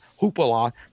hoopla